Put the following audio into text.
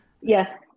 yes